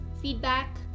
feedback